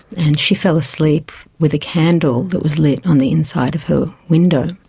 and she fell asleep with a candle that was lit on the inside of her window,